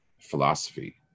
philosophy